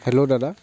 hello দাদা